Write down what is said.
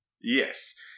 Yes